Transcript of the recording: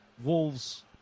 Wolves